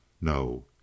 no